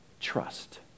Trust